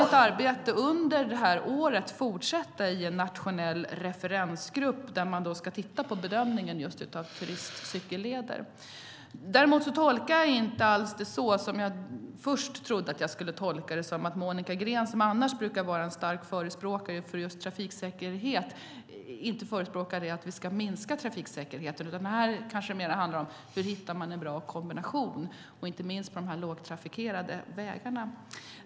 Under året kommer ett arbete att fortsätta i en nationell referensgrupp som ska titta på bedömningen av just cykelturistleder. Däremot tolkar jag det inte alls så som jag först trodde att jag skulle tolka det, att Monica Green, som annars brukar vara en stark förespråkare för just trafiksäkerhet, förespråkar att vi ska minska trafiksäkerheten. Här kanske det mer handlar om att hitta en bra kombination, inte minst på de lågtrafikerade vägarna.